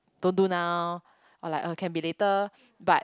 don't do now or like uh can be later but